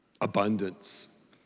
abundance